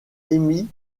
émis